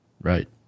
Right